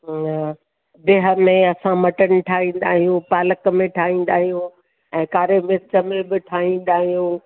बिह में असां मटन ठाहींदा आहियूं पालक में ठाहींदा आहियूं ऐं कारे मिर्च में बि ठाहींदा आहियूं